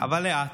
אבל לאט,